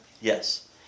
yes